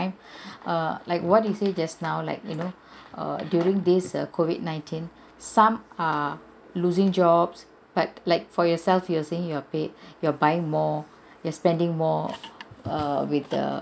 err like what you say just now like you know err during this err COVID nineteen some are losing jobs but like for yourself you are saying you are pay~ you are buying more you're spending more err with the